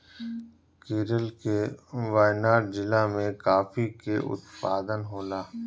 केरल के वायनाड जिला में काफी के उत्पादन होला